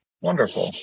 Wonderful